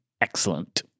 excellent